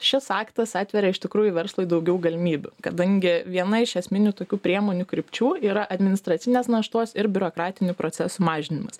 šis aktas atveria iš tikrųjų verslui daugiau galimybių kadangi viena iš esminių tokių priemonių krypčių yra administracinės naštos ir biurokratinių procesų mažinimas